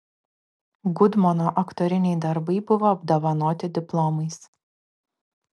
gudmono aktoriniai darbai buvo apdovanoti diplomais